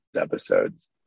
episodes